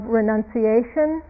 renunciation